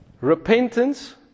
Repentance